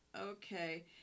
Okay